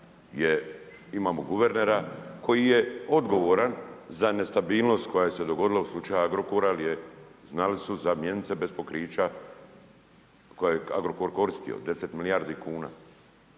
imamo guvernera, koja je odgovorna za nestabilnost, koja se dogodila u slučaju Agrokora gdje, nalazi sustav mjenice bez pokrića koje Agrokor koristi, 10 milijardi kn.